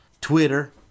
Twitter